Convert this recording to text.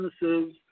businesses